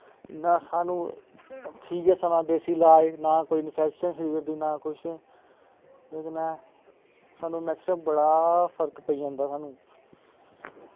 इन्ना साह्नू ठीक ऐ सवां देस्सी लाज ना कोई इनफैक्शन फिकर दी ना किश ते कन्नै साह्नू मैकसिमम बड़ा फर्क पेई जंदा साह्नू